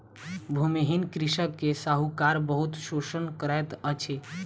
भूमिहीन कृषक के साहूकार बहुत शोषण करैत अछि